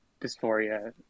dysphoria